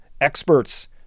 experts